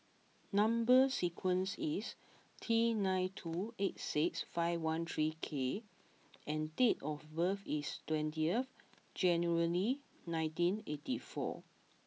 number sequence is T nine two eight six five one three K and date of birth is twentieth January nineteen eighty four